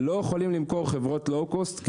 לא יכולים למכור חברות לואו קוסט כי